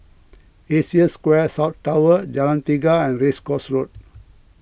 Asia Square South Tower Jalan Tiga and Race Course Road